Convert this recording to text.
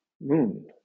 moon